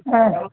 आ